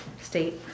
state